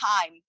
time